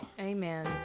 Amen